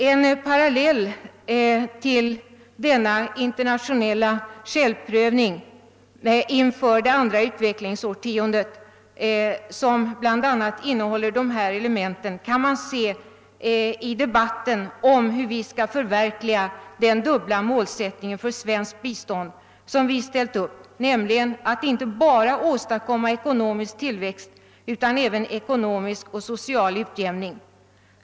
En parallell till denna internationella självprövning inför det andra utvecklingsårtiondet, som bl.a. innehåller dessa element, kan man lägga märke till i debatten om hur vi bör förverkliga den dubbla målsättningen för svenskt bistånd som vi ställt upp, nämligen att inte bara åstadkomma ekonomisk tillväxt utan även ekonomisk och social utjämning.